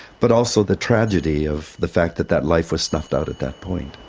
but also the tragedy of the fact that that life was snuffed out at that point.